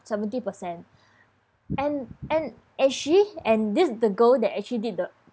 seventy percent and and and she and this the girl that actually did the